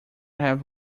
have